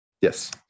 Yes